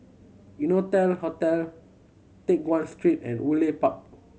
Innotel Hotel Teck Guan Street and Woodleigh Park